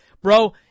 Bro